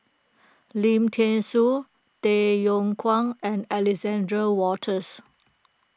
Lim thean Soo Tay Yong Kwang and Alexander Wolters